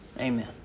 Amen